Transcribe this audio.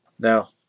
Now